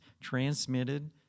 transmitted